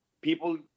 people